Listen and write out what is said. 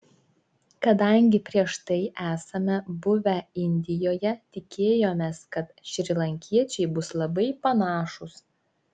kadangi prieš tai esame buvę indijoje tikėjomės kad šrilankiečiai bus labai panašūs